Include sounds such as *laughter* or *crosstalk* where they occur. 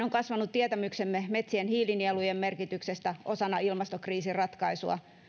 *unintelligible* on kasvanut tietämyksemme metsien hiilinielujen merkityksestä osana ilmastokriisin ratkaisua *unintelligible*